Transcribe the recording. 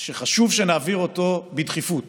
שחשוב שנעביר אותו בדחיפות,